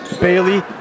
Bailey